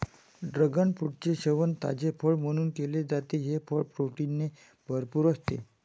dragon फ्रूटचे सेवन ताजे फळ म्हणून केले जाते, हे फळ प्रोटीनने भरपूर असते